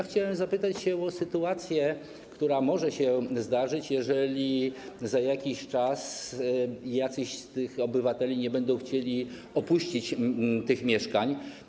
Chciałbym zapytać o sytuacje, które mogą się zdarzyć, jeżeli za jakiś czas niektórzy z tych obywateli nie będą chcieli opuścić tych mieszkań.